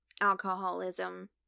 alcoholism